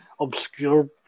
obscure